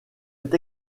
est